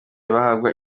bahabwa